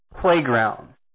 playground